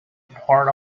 part